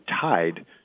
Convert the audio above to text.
tied